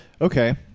Okay